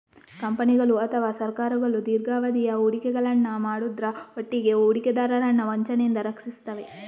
ಕಂಪನಿಗಳು ಅಥವಾ ಸರ್ಕಾರಗಳು ದೀರ್ಘಾವಧಿಯ ಹೂಡಿಕೆಗಳನ್ನ ಮಾಡುದ್ರ ಒಟ್ಟಿಗೆ ಹೂಡಿಕೆದಾರರನ್ನ ವಂಚನೆಯಿಂದ ರಕ್ಷಿಸ್ತವೆ